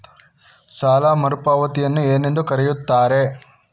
ಸಾಲ ಮರುಪಾವತಿಯನ್ನು ಏನೆಂದು ಕರೆಯುತ್ತಾರೆ?